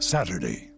Saturday